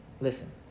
Listen